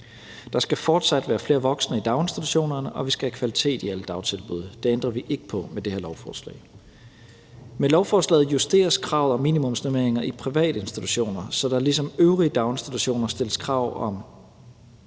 Der skal fortsat være flere voksne i daginstitutionerne, og vi skal have kvalitet i alle dagtilbud. Det ændrer vi ikke på med det her lovforslag. Med lovforslaget justeres kravet om minimumsnormeringer i privatinstitutioner, så der ligesom i øvrige daginstitutioner stilles krav om